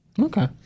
Okay